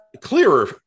clearer